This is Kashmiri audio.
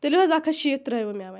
تُلِو حظ اَکھ ہَتھ شیٖتھ ترٛٲووٕ مےٚ وۅنۍ